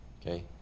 okay